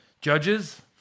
Judges